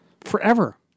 forever